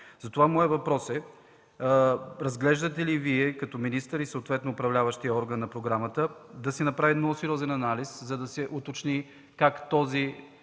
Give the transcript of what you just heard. Затова моят въпрос е: разглеждате ли Вие като министър и съответно управляващият орган на програмата да се направи много сериозен анализ, за да се уточни как този